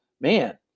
man